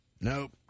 Nope